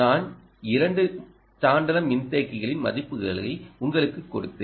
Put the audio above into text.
நான் இரண்டு டான்டலம் மின்தேக்கிகளின் மதிப்புகளை உங்களுக்குக் கொடுத்தேன்